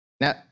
Now